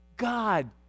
God